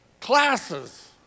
classes